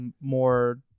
more